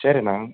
சரி அண்ணா